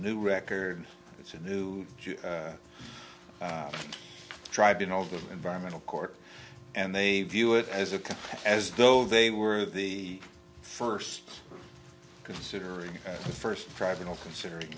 new record it's a new tribe in all the environmental court and they view it as a as though they were the first considering the first tribe in all considering